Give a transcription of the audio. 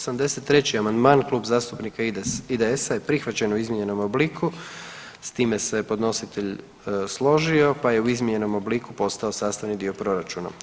83. amandman, Klub zastupnika IDS-a je prihvaćen u izmijenjenom obliku, s time se podnositelj složio pa je u izmijenjenom obliku postao sastavni dio Proračuna.